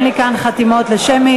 אין לי כאן חתימות לשמית.